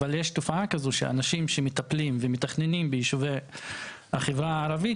אבל יש תופעה כזו שאנשים שמטפלים ומתכננים ביישובי החברה הערבית,